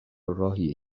راهیه